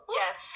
yes